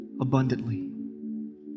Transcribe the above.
abundantly